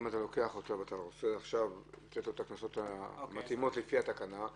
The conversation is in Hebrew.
אם אתה רוצה לתת לה את הקנסות המתאימים לפי התקנה,